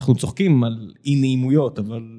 אנחנו צוחקים על אי נעימויות אבל.